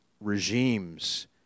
regimes